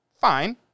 fine